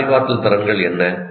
இந்த அறிவாற்றல் திறன்கள் என்ன